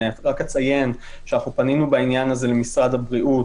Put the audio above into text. אני רק אציין שפנינו בעניין הזה למשרד הבריאות